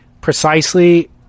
precisely